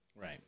Right